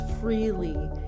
freely